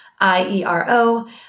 I-E-R-O